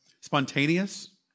Spontaneous